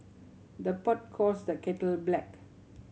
the pot calls the kettle black